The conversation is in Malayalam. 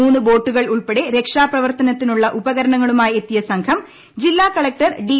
മൂന്നു ബോട്ടുകൾ ഉൾപ്പെടെ രക്ഷാപ്രവർത്തനത്തിനുള്ള ഉപകരണങ്ങളുമായി എത്തിയ സംഘം ജില്ലാ കലകൂർ ഡി